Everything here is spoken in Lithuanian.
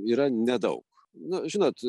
yra nedaug nu žinot